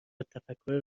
تفکر